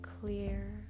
clear